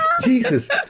Jesus